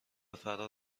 فرار